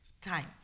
time